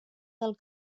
del